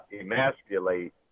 emasculate